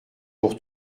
pour